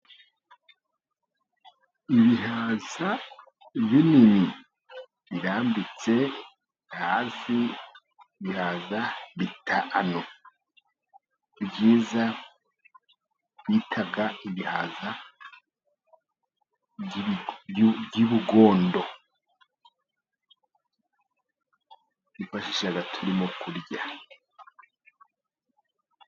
Ibihaza binini birambitse hasi ibihaza bitanu byiza bitaga ibihaza by'ubugondo twifashisha turimo kurya.